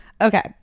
Okay